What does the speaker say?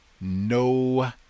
no